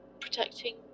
protecting